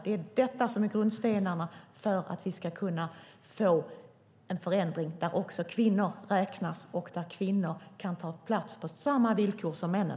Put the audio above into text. Det är detta som är grundstenarna för att vi ska kunna få en förändring så att också kvinnor räknas och kan ta plats på samma villkor som männen.